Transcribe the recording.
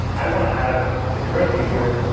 i want to have the current user,